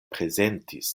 prezentis